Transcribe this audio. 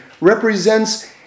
represents